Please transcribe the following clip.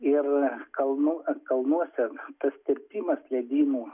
ir kalnų ar kalnuose tas tirpimas ledynų